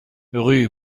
rue